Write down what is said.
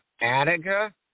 Attica